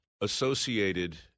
associated